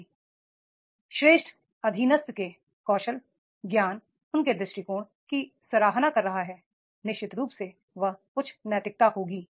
यदि श्रेष्ठ अधीनस्थ के कौशल ज्ञान उनके दृष्टिकोण की सराहना कर रहा है निश्चित रूप से वह उच्च नैतिकता होगी